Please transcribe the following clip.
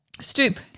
Stoop